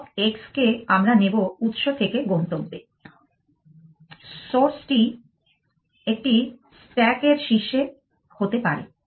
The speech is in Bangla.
ব্লক x কে আমরা নেব উৎস থেকে গন্তব্যে সোর্স টি একটি স্ট্যাক এর শীর্ষে হতে পারে